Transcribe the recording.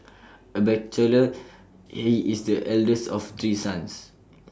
A bachelor he is the eldest of three sons